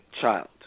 child